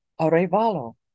Arevalo